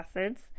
acids